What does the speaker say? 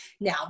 now